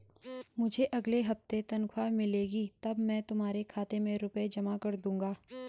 मुझे अगले हफ्ते तनख्वाह मिलेगी तब मैं तुम्हारे खाते में रुपए जमा कर दूंगा